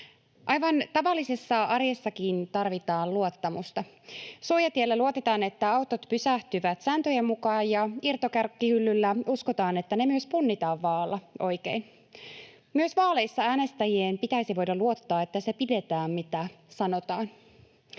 Aivan tavallisessa arjessakin tarvitaan luottamusta. Suojatiellä luotetaan, että autot pysähtyvät sääntöjen mukaan ja irtokarkkihyllyllä uskotaan, että ne myös punnitaan vaa’alla oikein. Myös vaaleissa äänestäjien pitäisi voida luottaa, että se pidetään, mitä sanotaan.